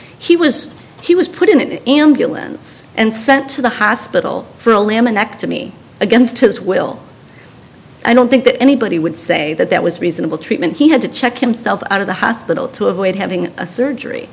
he was he was put in an ambulance and sent to the hospital for a laminectomy against his will i don't think that anybody would say that that was reasonable treatment he had to check himself out of the hospital to avoid having a surgery